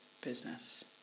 business